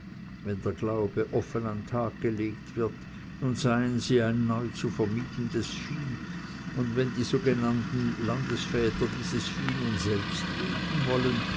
der glaube offen an den tag gelegt wird nun seien sie neu zu vermietendes vieh und wenn die sogenannten landesväter dieses vieh nun selbst mieten wollen